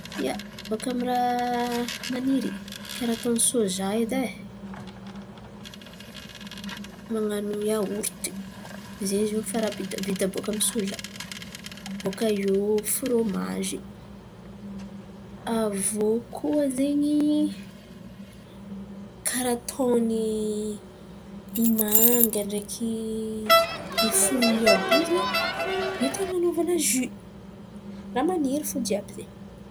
ia, bôkà amy ny raha maniry: karà ataon̈y soja edy ai man̈ano iaorty zay ziô raha vita bôkà amy ny soja. Bôkà eo fromagy, avô koa zen̈y karà ataon̈y manga ndraiky froioi àby io zen̈y mety an̈anaovana jio ràha maniry fo jiàby zen̈y.